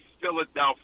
Philadelphia